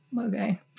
okay